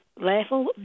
level